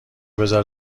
بزار